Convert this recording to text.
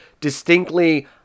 distinctly